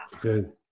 Good